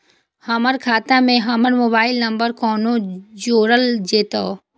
हमर खाता मे हमर मोबाइल नम्बर कोना जोरल जेतै?